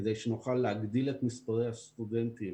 כדי שנוכל להגדיל את מספרי הסטודנטים